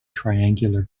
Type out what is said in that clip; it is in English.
triangular